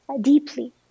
deeply